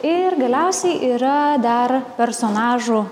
ir galiausiai yra dar personažų